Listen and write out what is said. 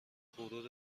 غرور